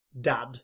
dad